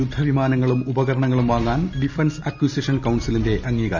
യുദ്ധവിമാനങ്ങളും ഉപകരണങ്ങളും വാങ്ങാൻ defence acquisition കൌൺസിലിന്റെ അംഗീകാരം